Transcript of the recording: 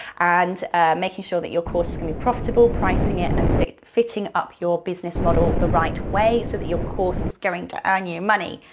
and making sure that your course is gonna be profitable, pricing it and fitting fitting up your business model the right way so that your course is going to earn you money.